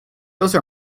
those